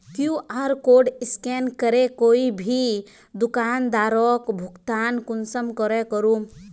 QR code scan करे कोई भी दुकानदारोक भुगतान कुंसम करे करूम?